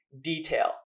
detail